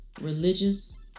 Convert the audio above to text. religious